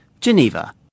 Geneva